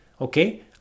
okay